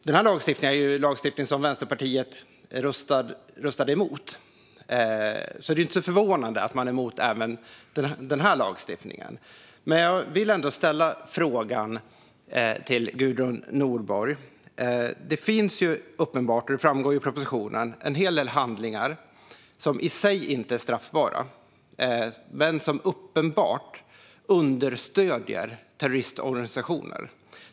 Detta var lagstiftning som Vänsterpartiet röstade emot, så det är inte så förvånande att man är emot även den här lagstiftningen. Men jag vill ändå ställa en fråga till Gudrun Nordborg. Det finns, och det framgår också av propositionen, en hel del handlingar som i sig inte är straffbara men som uppenbart understöder terroristorganisationer.